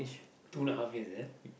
two and a half years is it